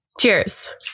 Cheers